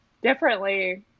differently